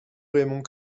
raymond